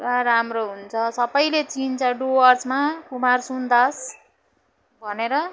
पुरा राम्रो हुनुहुन्छ सबैले चिन्छ डुवर्समा कुमार सुन्दास भनेर